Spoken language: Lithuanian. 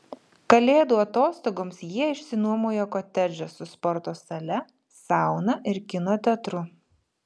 kalėdų atostogoms jie išsinuomojo kotedžą su sporto sale sauna ir kino teatru